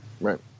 Right